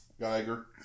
Geiger